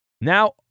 now